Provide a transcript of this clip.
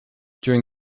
during